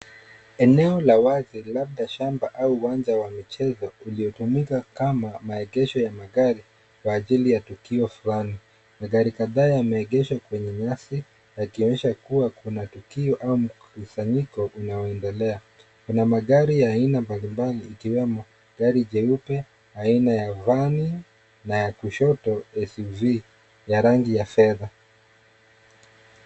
Eneo la wazi, labda shamba au uwanja wa michezo, uliotumika kama maegesho ya magari kwa ajili ya tukio fulani. Magari kadhaa yameegeshwa kwenye nyasi yakionyesha kuwa kuna tukio au mkusanyiko unaoendelea. Kuna magari ya aina mbalimbali ikiwemo gari jeupe aina ya van na kushoto SUV ya rangi ya fedha.